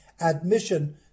admission